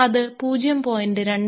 അത് 0